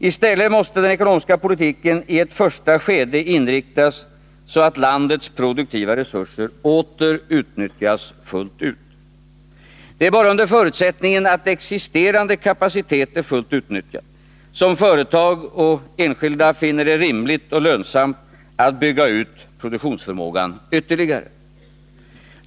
I stället måste den ekonomiska politiken i ett första skede inriktas så att landets produktiva resurser åter utnyttjas fullt ut. Det är bara under förutsättningen att existerande kapacitet är fullt utnyttjad som företag och enskilda finner det rimligt och lönsamt att bygga ut produktionsförmågan ytterligare.